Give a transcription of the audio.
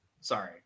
Sorry